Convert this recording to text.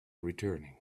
returning